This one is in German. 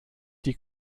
die